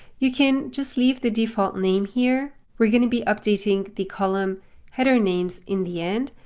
you can just leave the default name here. we're going to be updating the column header names in the end.